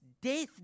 death